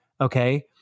okay